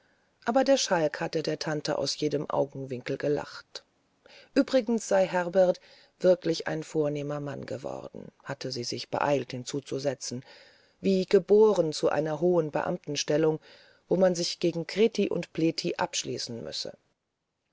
aber der schalk hatte der tante aus jedem augenwinkel gelacht uebrigens sei herbert wirklich ein vornehmer mann geworden hatte sie sich beeilt hinzuzusetzen wie geboren zu einer hohen beamtenstellung wo man sich gegen krethi und plethi abschließen müsse